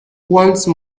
once